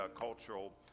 cultural